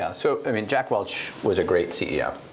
ah so i mean, jack welch was a great ceo.